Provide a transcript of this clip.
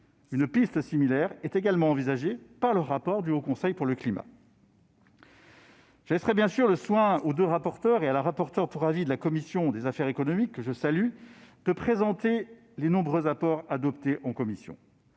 Une piste similaire est également envisagée par le rapport du Haut Conseil pour le climat. Je laisserai bien sûr le soin aux deux rapporteurs et à la rapporteure pour avis de la commission des affaires économiques, que je salue, de présenter les nombreux apports adoptés en commission.